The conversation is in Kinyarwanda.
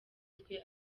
twe